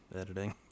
editing